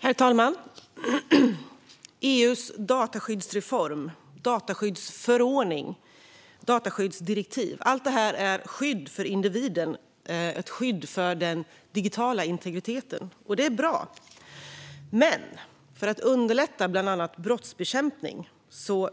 Herr talman! EU:s dataskyddsreform, dataskyddsförordning och dataskyddsdirektiv innebär skydd för individen och den digitala integriteten. Det är bra. Men för att underlätta bland annat brottsbekämpning